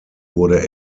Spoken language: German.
wurde